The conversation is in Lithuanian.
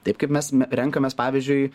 taip kaip mes renkamės pavyzdžiui